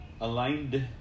aligned